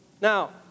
Now